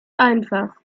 einfach